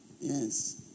Yes